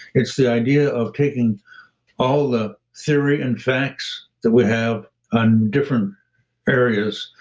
it's the idea of taking all the theory and facts that we have on different areas,